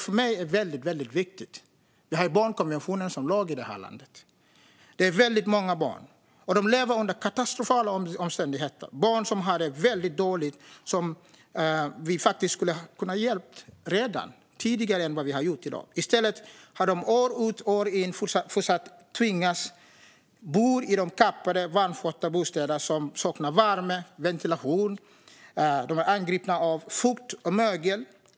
För mig är detta viktigt, och vi har barnkonventionen som lag i vårt land. Det handlar om väldigt många barn som lever under katastrofala omständigheter. De har de väldigt dåligt och som vi redan kunde ha hjälpt, tidigare än nu. Men i stället har de år ut och år in tvingats bo i kapade, vanskötta bostäder som saknar värme och ventilation och är angripna av fukt och mögel.